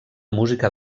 música